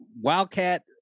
Wildcat